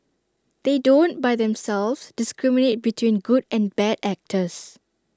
they don't by themselves discriminate between good and bad actors